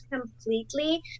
completely